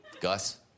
Gus